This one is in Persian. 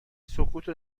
سکوتو